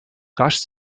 rasch